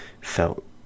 felt